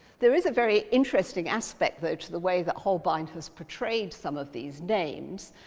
there is a very interesting aspect, though, to the way that holbein has portrayed some of these names.